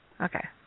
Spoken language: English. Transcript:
Okay